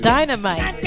Dynamite